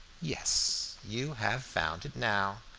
yes, you have found it now,